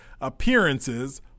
Appearances